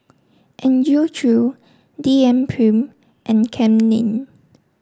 Andrew Chew D N Prim and Kam Ning